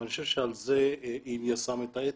ואני חושב שעל זה איליה שם את האצבע,